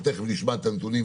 תיכף נשמע את הנתונים,